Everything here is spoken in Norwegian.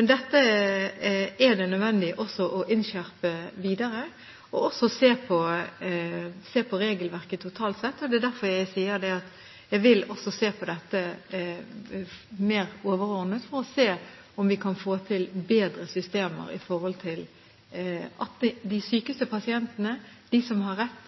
Dette er det nødvendig å innskjerpe videre, og også å se på regelverket totalt sett. Det er derfor jeg sier at jeg vil også se på dette mer overordnet for å se om vi kan få til bedre systemer i forhold til at de sykeste pasientene, de som har rett,